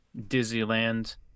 Disneyland